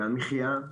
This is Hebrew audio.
גם מחיה,